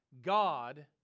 God